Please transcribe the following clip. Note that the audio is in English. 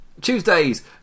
Tuesdays